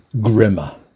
grimmer